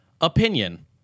Opinion